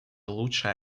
лучшая